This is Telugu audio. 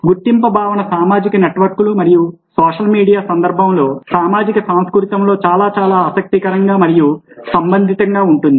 గుర్తింపు భావన సామాజిక నెట్వర్క్లు మరియు సోషల్ మీడియా సందర్భంలో సామాజిక సాంస్కృతికంలో చాలా చాలా ఆసక్తికరంగా మరియు సంబంధితంగా ఉంటుంది